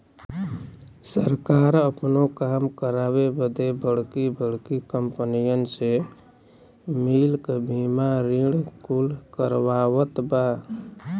सरकार आपनो काम करावे बदे बड़की बड़्की कंपनीअन से मिल क बीमा ऋण कुल करवावत बा